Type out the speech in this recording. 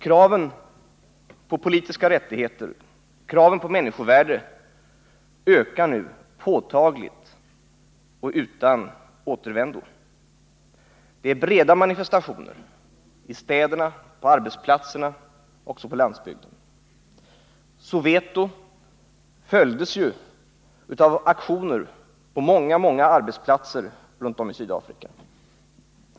Kraven på politiska rättigheter och på människovärde ökar nu påtagligt och utan återvändo. Det är breda manifestationer i städerna, på arbetsplatserna, också på landsbygden. Händelserna i Soweto följdes ju av aktioner på många, många arbetsplatser runt om i Sydafrika.